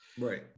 Right